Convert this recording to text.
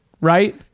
right